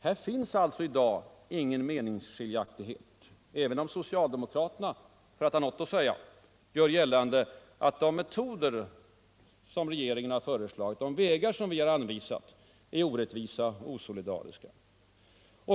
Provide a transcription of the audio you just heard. Här finns alltså i dag ingen meningsskiljaktighet, även om socialdemokraterna, för att ha något att säga, gör gällande att de metoder som regeringen har föreslagit — de vägar som vi har anvisat — är orättvisa och osolidariska.